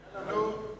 חנוכה.